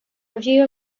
review